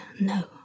no